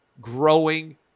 growing